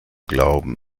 glauben